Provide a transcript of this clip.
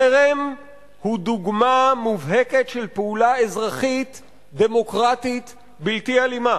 חרם הוא דוגמה מובהקת של פעולה אזרחית דמוקרטית בלתי אלימה.